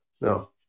no